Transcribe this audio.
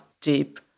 deep